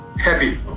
happy